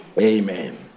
Amen